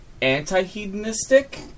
anti-hedonistic